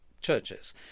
churches